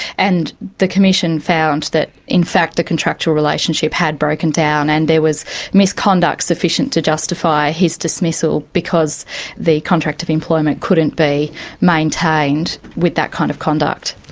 and the commission found that in fact the contractual relationship had broken down and there was misconduct sufficient to justify his dismissal because the contract of employment couldn't be maintained with that kind of conduct.